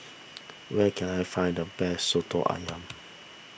where can I find the best Soto Ayam